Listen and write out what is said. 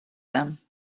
them